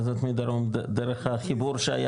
זאת אומרת מדרום דרך החיבור שהיה,